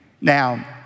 Now